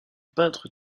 peintre